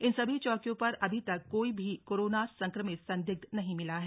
इन सभी चौकियो पर अभी तक कोई भी कोरोना संक्रमित संदिग्ध नहीं मिला है